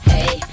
Hey